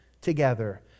together